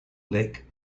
lick